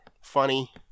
funny